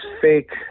fake